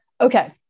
Okay